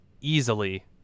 easily